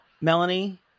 Melanie